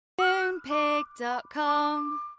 Moonpig.com